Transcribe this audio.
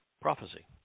prophecy